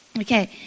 Okay